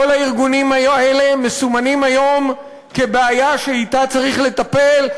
כל הארגונים האלה מסומנים היום כבעיה שבה צריך לטפל,